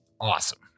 awesome